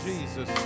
Jesus